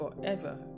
forever